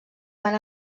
van